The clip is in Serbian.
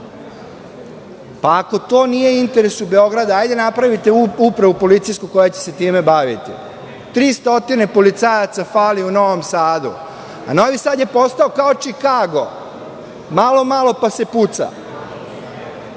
Ako to nije u interesu Beograda, hajde napravite policijsku upravu koja će se time baviti. Trista policajaca fali u Novom Sadu, a Novi Sad je postao kao Čikago, malo, malo pa se puca.